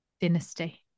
dynasty